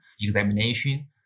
examination